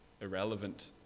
irrelevant